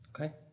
Okay